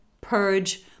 purge